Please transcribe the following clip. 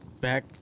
Back